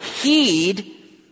heed